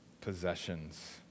possessions